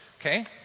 okay